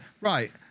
right